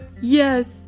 Yes